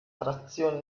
trazione